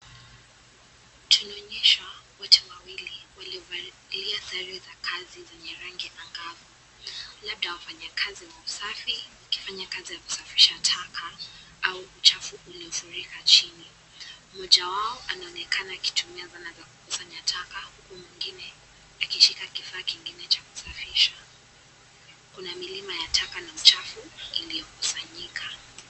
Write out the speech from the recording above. Tunaonyeshwa watu wawili waliovalia sare za kazi zenye rangi angavu. Labda wafanyakazi wa usafi. Wakifanya kazi ya kusafirisha taka, au uchafu uliofurika chini. Mmoja wao anaonekana akitumia zana za takataka mwingine akishika kifaa cha kusafirisha. Kuna milima ya taka na uchafu iliyokusanyika.